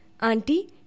Auntie